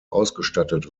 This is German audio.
ausgestattet